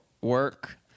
work